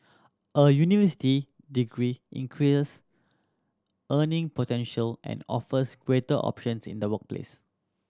a university degree increase earning potential and offers greater options in the workplace